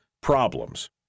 problems